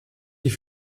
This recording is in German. die